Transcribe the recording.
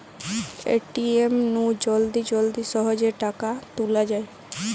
ATM নু জলদি জলদি সহজে টাকা তুলা যায়